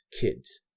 kids